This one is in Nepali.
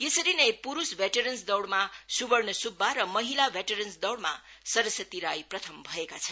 यसरी नै पुरुष भेटरनस दौड़मा सुवर्ग सुब्बा र महिला भेटरन्स दौड़मा सरस्वती राई प्रथम भएका छन्